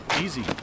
easy